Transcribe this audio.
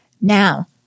Now